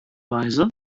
weise